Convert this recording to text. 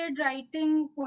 writing